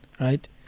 right